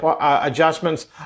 adjustments